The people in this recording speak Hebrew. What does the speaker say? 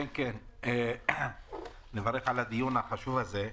אני מברך על הדיון החשוב הזה.